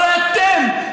הרי אתם,